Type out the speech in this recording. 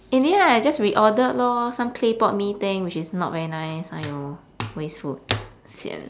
in the end I just reordered lor some claypot mee thing which is not very nice !aiyo! waste food sian